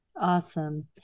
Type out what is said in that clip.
Awesome